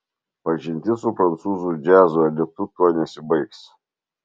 pažintis su prancūzų džiazo elitu tuo nesibaigs